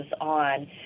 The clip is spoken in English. on